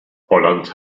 holland